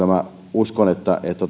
uskon että